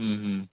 ହୁଁ ହୁଁ